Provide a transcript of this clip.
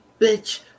Bitch